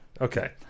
Okay